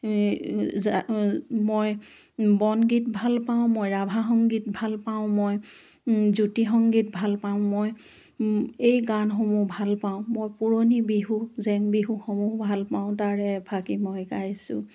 মই বনগীত ভাল পাওঁ মই ৰাভা সংগীত ভাল পাওঁ মই জ্য়োতি সংগীত ভাল পাওঁ মই এই গানসমূহ ভাল পাওঁ মই পুৰণি বিহু জেং বিহুসমূহ ভাল পাওঁ তাৰে এফাঁকি মই গাইছোঁ